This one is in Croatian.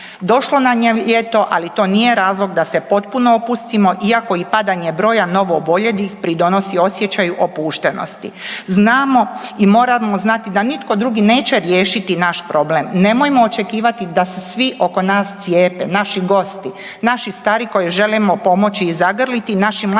Došlo nam je ljeto, ali to nije razlog da se potpuno opustimo iako i padanje broja novooboljelih pridonosi osjećaju opuštenosti. Znamo i moramo znati da nitko drugi neće riješiti naš problem, nemojmo očekivati da se svi oko nas cijepe, naši gosti, naši stari koje želimo pomoći i zagrliti i naši mladi